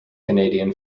canadian